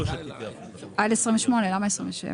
עד הסתייגות מספר 27. עד 28. למה 27?